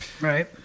Right